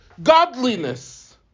Godliness